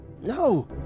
no